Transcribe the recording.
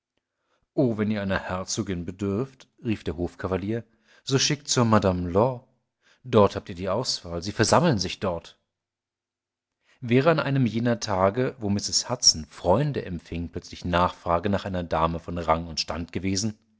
oh wenn ihr einer herzogin bedürft rief der hof kavalier so schickt zur madame law dort habt ihr die auswahl sie versammeln sich dort wäre an einem jener tage wo mrs hudson freunde empfing plötzlich nachfrage nach einer dame von rang und stand gewesen